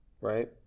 right